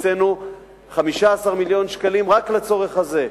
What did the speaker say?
הקצינו 15 מיליון שקלים רק לצורך הזה.